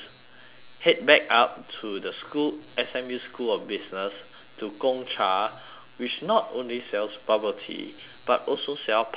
head back up to the school S_M_U school of business to gong cha which not only sells bubble tea but also sell pasta